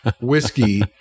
whiskey